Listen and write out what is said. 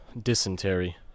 dysentery